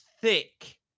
thick